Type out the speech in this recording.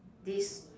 des~